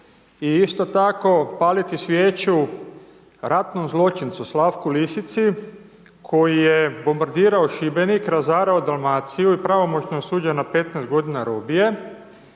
i isto tako, paliti svijeću ratnom zločincu Slavku Lisici koji je bombardirao Šibenik, razarao Dalmaciju i pravomoćno osuđen na 15 godina robije